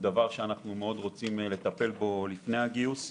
שזה דבר שאנחנו רוצים לטפל בו לפני הגיוס.